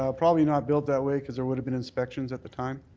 um probably not built that way because there would have been inspections at the time.